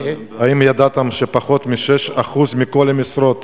האם ידעתם שפחות מ-6% מכל המשרות